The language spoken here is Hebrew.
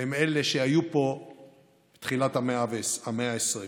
הם אלה שהיו פה בתחילת המאה ה-20.